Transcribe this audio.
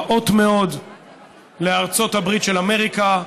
רעות מאוד לארצות הברית של אמריקה,